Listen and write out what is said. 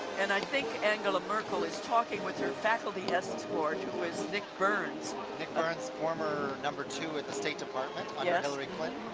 and i think angela merkel is talking with her faculty escort, who is nick burns nick burns, former number two at the state department, under hillary clinton,